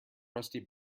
rusty